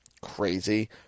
crazy